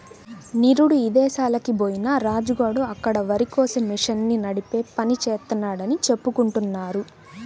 నిరుడు ఇదేశాలకి బొయ్యిన రాజు గాడు అక్కడ వరికోసే మిషన్ని నడిపే పని జేత్తన్నాడని చెప్పుకుంటున్నారు